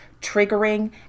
triggering